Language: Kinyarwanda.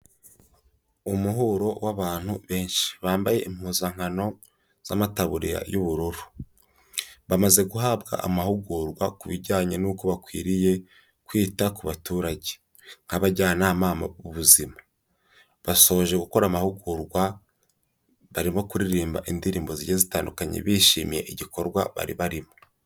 Umuhuro w'abantu benshi, bambaye impuzankano z'amataburiya y'ubururu. Bamaze guhabwa amahugurwa ku bijyanye n'uko bakwiriye kwita ku baturage, nk'abajyanama b'ubuzima. Basoje gukora amahugurwa barimo kuririmba indirimbo zigiye zitandukanye bishimiye igikorwa bari barimo.